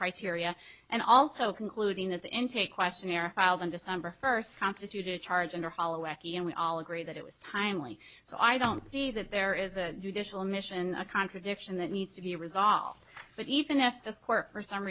criteria and also concluding that the intake questionnaire filed in december first constituted a charge under holloway and we all agree that it was timely so i don't see that there is a judicial mission a contradiction that needs to be resolved but even if this court for some